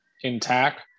intact